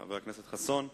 חבר הכנסת חסון.